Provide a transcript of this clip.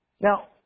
Now